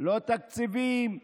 לא תקציבים.